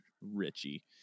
richie